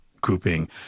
grouping